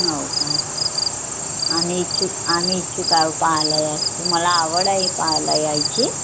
हो का आम्ही इच्छुक आम्ही इच्छुक आहो पाहायला यायसाठी मला आवड आहे पाहायला यायची